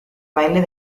baile